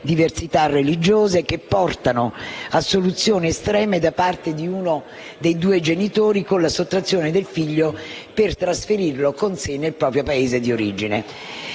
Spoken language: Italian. diversità religiose, che portano a soluzioni estreme da parte di uno dei due genitori con la sottrazione del figlio per trasferirlo con sé nel proprio Paese di origine.